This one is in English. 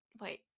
Wait